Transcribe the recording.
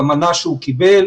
במנה שהוא קיבל,